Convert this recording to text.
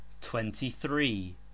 Twenty-three